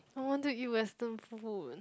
I want to eat Western food